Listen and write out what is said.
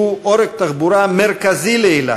שהוא עורק תחבורה מרכזי לאילת,